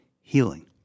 healing